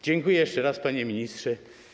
Dziękuję jeszcze raz, panie ministrze.